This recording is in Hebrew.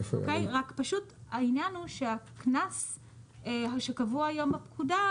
רק פשוט העניין הוא שהקנס שקבוע היום בפקודה,